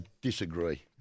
disagree